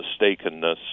mistakenness